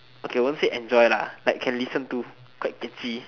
okay won't say enjoy lah like can listen to quite catchy